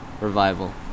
revival